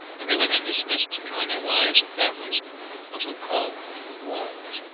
and they were then dismissed to join their wives and families until called to the walls.